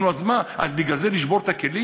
נו אז מה, אז בגלל זה לשבור את הכלים?